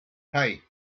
hey